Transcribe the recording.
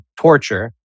torture